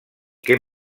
que